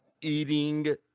eating